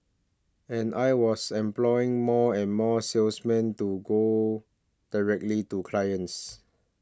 and I was employing more and more salesmen to go directly to clients